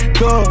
go